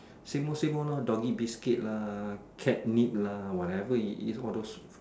same all same all lor doggie biscuits lah cat meat lah whatever it is all those